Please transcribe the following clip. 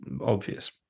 obvious